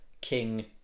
King